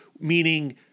meaning